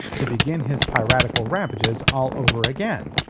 to begin his piratical ravages all over again.